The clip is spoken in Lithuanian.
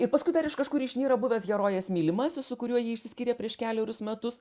ir paskui dar iš kažkur išnyra buvęs herojės mylimasis su kuriuo ji išsiskyrė prieš kelerius metus